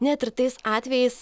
net ir tais atvejais